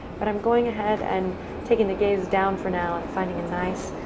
but i'm going ahead and taking the gaze down for now and finding a nice,